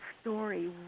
story